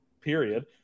period